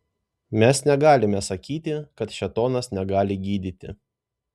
mes negalime sakyti kad šėtonas negali gydyti